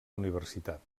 universitat